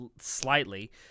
slightly